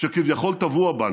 שכביכול טבוע בנו,